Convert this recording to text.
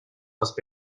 راست